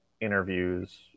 interviews